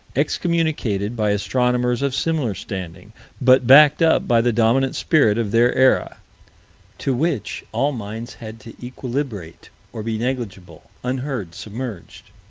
excommunicated by astronomers of similar standing but backed up by the dominant spirit of their era to which all minds had to equilibrate or be negligible, unheard, submerged.